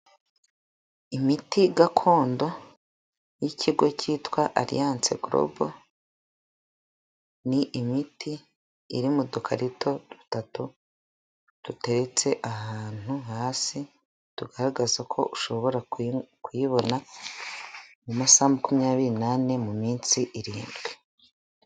Imiti gakondo yikigo cyitwa ariyanse gorobo, ni imiti iri mu dukarito dutatu dutetse ahantu hasi tugaragaza ko ushobora kuyibona mu masaha makumyabiri n'ane mu minsi irindwi.